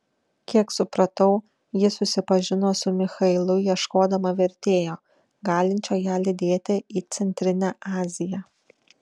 kiek supratau ji susipažino su michailu ieškodama vertėjo galinčio ją lydėti į centrinę aziją